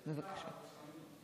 בבקשה.